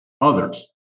others